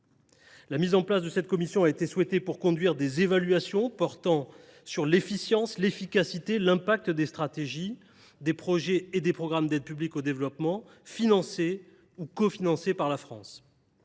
La mise en place de cette commission devait permettre, dans l’esprit du législateur, de conduire des évaluations portant sur l’efficience, l’efficacité et l’impact des stratégies, des projets et des programmes d’aide publique au développement financés ou cofinancés par la France.